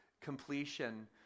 completion